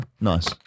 Nice